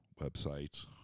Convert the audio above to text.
websites